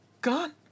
gone